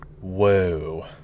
Whoa